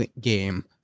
game